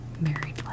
married